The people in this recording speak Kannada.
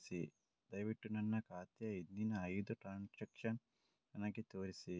ದಯವಿಟ್ಟು ನನ್ನ ಖಾತೆಯ ಹಿಂದಿನ ಐದು ಟ್ರಾನ್ಸಾಕ್ಷನ್ಸ್ ನನಗೆ ತೋರಿಸಿ